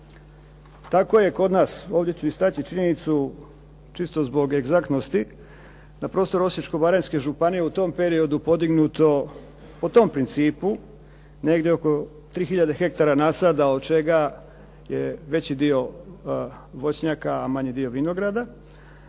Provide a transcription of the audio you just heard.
tako je kod nas, ovdje ću istaći činjenicu čisto zbog egzaktnosti na prostoru Osječko-baranjske županije u tom periodu podignuto po tom principu negdje oko 3 hiljade hektara nasada od čega je veći dio voćnjaka a manji dio vinograda